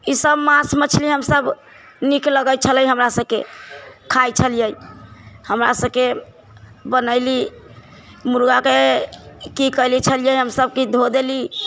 ई सभ मासु मछली हमसभ नीक लगैत छलै हमरा सभकेँ खाइ छलियै हमरा सभकेँ बनयली मुर्गाके कि कैले छलियै हमसभ कि धो देली